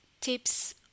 tips